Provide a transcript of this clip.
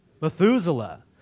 Methuselah